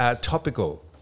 topical